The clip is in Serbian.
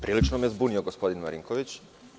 Prilično me zbunio gospodin Marinković.